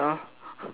ya